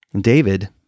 David